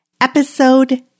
Episode